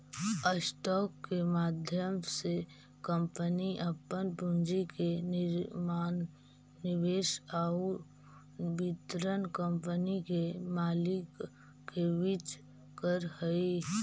stock के माध्यम से कंपनी अपन पूंजी के निर्माण निवेश आउ वितरण कंपनी के मालिक के बीच करऽ हइ